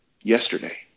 yesterday